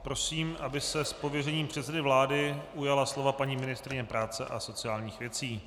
Prosím, aby se z pověření předsedy vlády ujala slova paní ministryně práce a sociálních věcí.